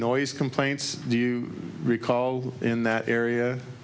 noise complaints do you recall in that area